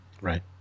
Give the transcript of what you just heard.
Right